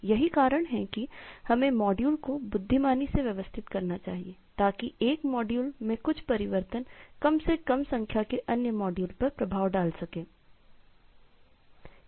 यही कारण है कि हमें मॉड्यूल को बुद्धिमानी से व्यवस्थित करना चाहिए ताकि एक मॉड्यूल में कुछ परिवर्तन कम से कम संख्या के अन्य मॉड्यूल पर प्रभाव डाल सकें